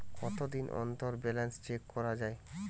কতদিন অন্তর balance check করা য়ায়?